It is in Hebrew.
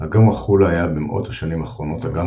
אגם החולה היה במאות השנים האחרונות אגם